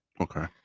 Okay